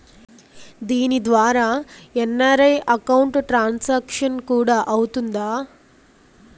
దీని ద్వారా NRI account transaction కూడా అవుతుందా?